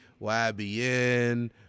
YBN